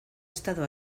estado